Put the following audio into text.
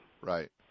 Right